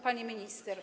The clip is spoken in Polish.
Pani Minister!